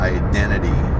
identity